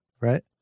right